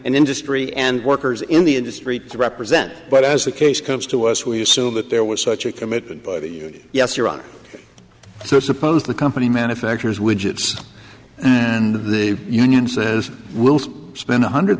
an industry and workers in the industry to represent but as the case comes to us we assume that there was such a commitment but yes your honor so suppose the company manufactures widgets and the union says we'll spend one hundred